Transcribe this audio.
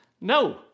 No